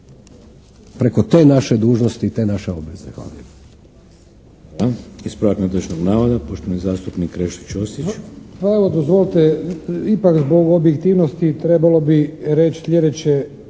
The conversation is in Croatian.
preko te naše dužnosti i te naše obaveze.